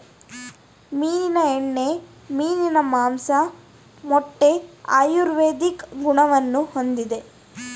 ಮೀನಿನ ಎಣ್ಣೆ, ಮೀನಿನ ಮಾಂಸ, ಮೊಟ್ಟೆ ಆಯುರ್ವೇದಿಕ್ ಗುಣವನ್ನು ಹೊಂದಿದೆ